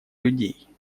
людей